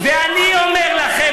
ואני אומר לך,